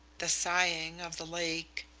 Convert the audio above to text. the sighing of the lake,